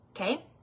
Okay